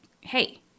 hey